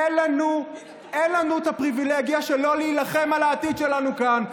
אין לנו את הפריבילגיה שלא להילחם על העתיד שלנו כאן.